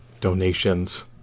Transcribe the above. donations